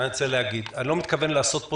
אני רוצה להגיד: אני לא מתכוון לעשות פה